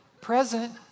Present